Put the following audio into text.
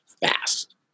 fast